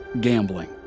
gambling